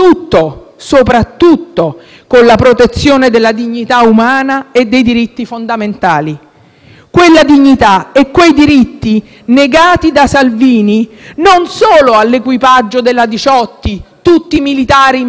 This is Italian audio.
Quella dignità e quei diritti sono stati negati da Salvini non solo all'equipaggio della Diciotti - tutti militari e marinai italiani - ma anche a quelle 177 persone disperate,